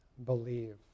believe